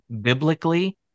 biblically